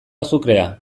azukrea